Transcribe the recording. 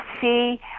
see